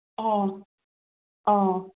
অঁ অঁ